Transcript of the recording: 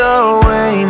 away